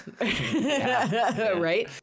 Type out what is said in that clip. Right